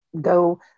go